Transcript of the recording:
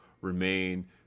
remain